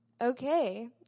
okay